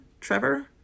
Trevor